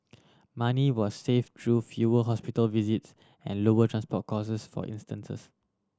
money was save through fewer hospital visits and lower transport costs for instances